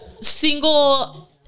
single